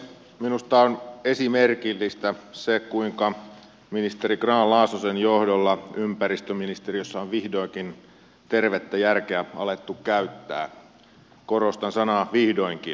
minusta on esimerkillistä se kuinka ministeri grahn laasosen johdolla ympäristöministeriössä on vihdoinkin tervettä järkeä alettu käyttää korostan sanaa vihdoinkin